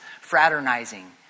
fraternizing